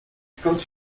skąd